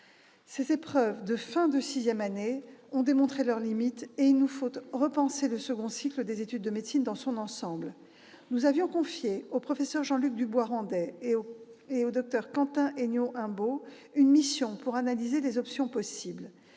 Ces épreuves de fin de sixième année ont en effet montré leurs limites, et il nous faut repenser le second cycle des études de médecine dans son ensemble. Nous avons confié au professeur Jean-Luc Dubois Randé et au docteur Quentin Hennion-Imbault une mission pour analyser les options possibles.